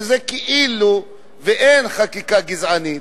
שזה כאילו לא חקיקה גזענית,